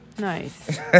Nice